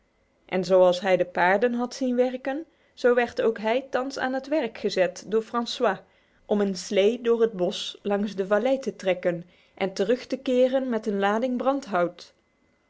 en zoals hij de paarden had zien werken zo werd ook hij thans aan het werk gezet door francois om een slee door het bos langs de vallei te trekken en terug te keren met een lading